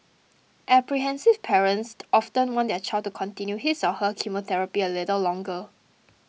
apprehensive parents often want their child to continue his or her chemotherapy a little longer